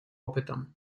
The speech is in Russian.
опытом